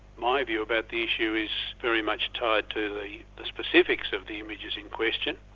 my view about the issue is very much tied to the the specifics of the images in question.